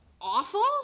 awful